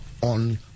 on